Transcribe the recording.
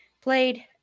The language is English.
played